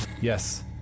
Yes